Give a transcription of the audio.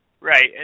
Right